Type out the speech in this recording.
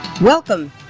Welcome